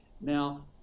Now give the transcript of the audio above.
Now